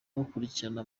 bakurikirana